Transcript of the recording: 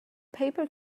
paper